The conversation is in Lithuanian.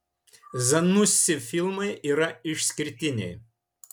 zanussi filmai yra išskirtiniai